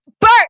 Bert